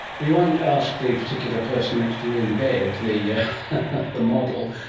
we won't ask the particular person next to me in bed the yeah the model,